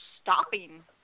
stopping